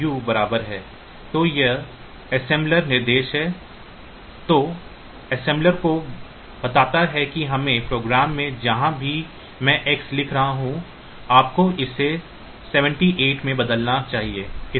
तो यह एक कोडांतरक निर्देश है जो कोडांतरक को बताता है कि मेरे प्रोग्राम में जहां भी मैं X लिख रहा हूं आपको इसे 78 से बदलना चाहिए